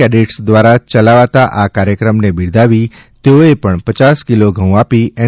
cadet દ્વારા ચલાવવામાં આવતા આ કાર્યક્રમને બિરદાવી તેઓએ પણ પચાસ કિલો ઘઉં આપી એન